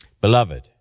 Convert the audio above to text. Beloved